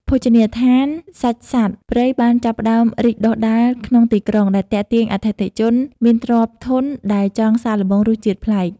ភោជនីយដ្ឋានសាច់សត្វព្រៃបានចាប់ផ្តើមរីកដុះដាលក្នុងទីក្រុង ដែលទាក់ទាញអតិថិជនមានទ្រព្យធនដែលចង់សាកល្បងរសជាតិប្លែក។